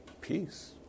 Peace